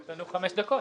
יש לנו עוד 5 דקות.